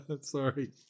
Sorry